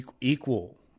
equal